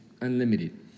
unlimited